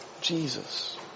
Jesus